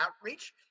outreach